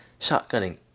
Shotgunning